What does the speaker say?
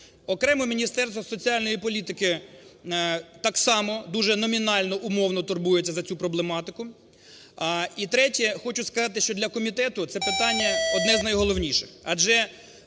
Окремо Міністерство соціальної політики так само дуже номінально умовно турбується за цю проблематику. І третє. Хочу сказати, що для комітету це питання одне з найголовніших,